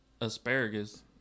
asparagus